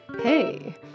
hey